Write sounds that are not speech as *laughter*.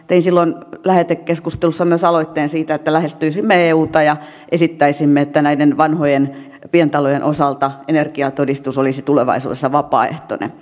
*unintelligible* tein silloin lähetekeskustelussa myös aloitteen siitä että lähestyisimme euta ja esittäisimme että näiden vanhojen pientalojen osalta energiatodistus olisi tulevaisuudessa vapaaehtoinen *unintelligible*